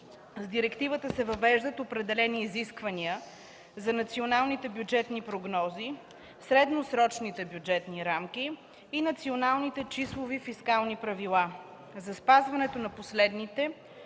С директивата се въвеждат определени изисквания за националните бюджетни прогнози, средносрочните бюджетни рамки и националните числови фискални правила. За спазването на последните